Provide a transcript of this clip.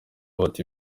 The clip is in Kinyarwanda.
bati